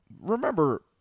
remember